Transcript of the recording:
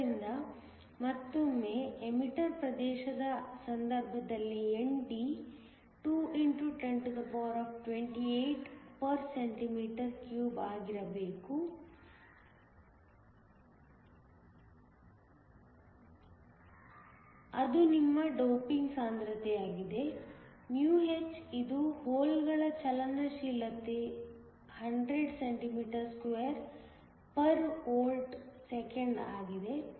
ಆದ್ದರಿಂದ ಮತ್ತೊಮ್ಮೆ ಎಮಿಟರ್ ಪ್ರದೇಶದ ಸಂದರ್ಭದಲ್ಲಿ ND 2 x 1028 cm 3 ಆಗಿರಬೇಕು ಅದು ನಿಮ್ಮ ಡೋಪಿಂಗ್ ಸಾಂದ್ರತೆಯಾಗಿದೆ h ಇದು ಹೋಲ್ಗಳ ಚಲನಶೀಲತೆ 100 cm2 V 1 s 1 ಆಗಿದೆ